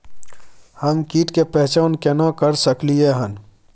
हम कीट के पहचान केना कर सकलियै हन?